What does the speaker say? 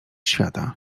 świata